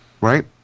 right